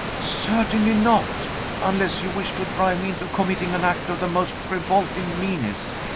certainly not unless you wish to drive me into committing an act of the most revolting meanness!